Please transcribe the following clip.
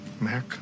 Mac